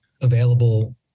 available